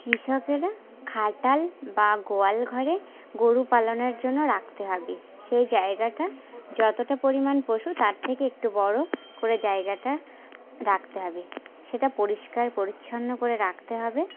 কৃষকেরা খাটাল বা গোয়াল ঘরে গরু পালনের জন্য রাখতে হবে সেই জায়গাটা যতটা পরিমাণ পশু তার থেকে একটু বড় করে জায়গাটা রাখতে হবে সেটা পরিষ্কার পরিচ্ছন্ন করে রাখতে হবে